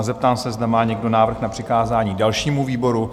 Zeptám se, zda má někdo návrh na přikázání dalšímu výboru?